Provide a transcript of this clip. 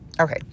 okay